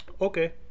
Okay